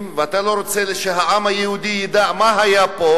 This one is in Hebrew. ואתה לא רוצה שהעם היהודי ידע מה היה פה,